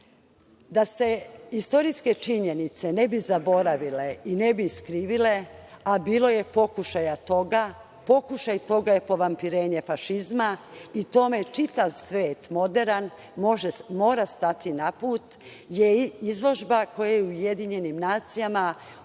se istorijske činjenice ne bi zaboravile i ne bi iskrivile, a bilo je pokušaja toga, pokušaj toga je povampirenje fašizma i tome čitav svet moderan mora stati na put, je izložba koja je u UN organizovana pod